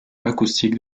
acoustique